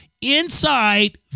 Inside